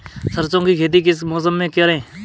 सरसों की खेती किस मौसम में करें?